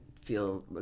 feel